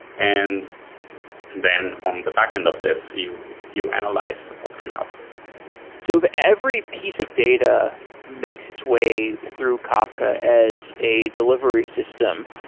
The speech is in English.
and then on the back-end of this, you you analyze what's coming off this. so if every piece of data makes its way through kafka as a delivery system,